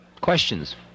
Questions